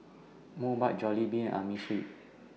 Mobike Jollibean Amerisleep